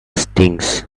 stings